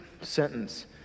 sentence